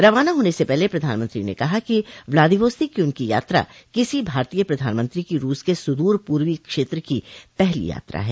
रवाना होने से पहले प्रधानमंत्री ने कहा कि व्लादिवोस्तोक की उनकी यात्रा किसी भारतीय प्रधानमंत्री की रूस के सुदूर पूर्वी क्षेत्र की पहली यात्रा है